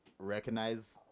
recognize